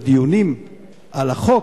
בדיונים על החוק,